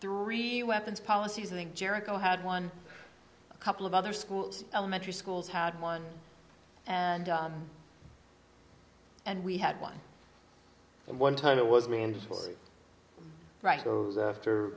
three weapons policies in jericho had one a couple of other schools elementary schools had one and and we had one on one time it was mandatory right those after